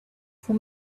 for